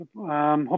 hop